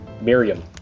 Miriam